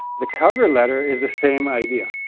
the cover letter is the same idea.